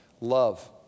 Love